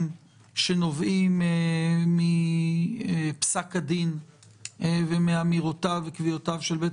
שנובעים מפסק הדין ומאמירותיו וקביעותיו של בית